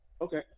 Okay